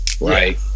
right